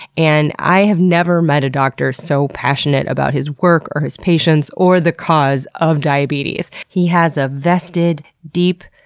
and i have never met a doctor so passionate about his work, or his patients, or the cause of diabetes. he has a vested, deep,